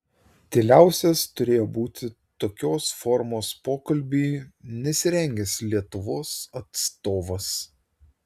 tyliausias turėjo būti tokios formos pokalbiui nesirengęs lietuvos atstovas